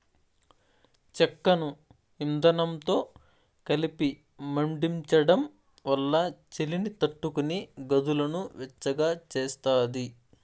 చెక్కను ఇందనంతో కలిపి మండించడం వల్ల చలిని తట్టుకొని గదులను వెచ్చగా చేస్తాది